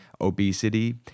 obesity